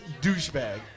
douchebag